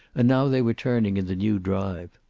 and now they were turning in the new drive.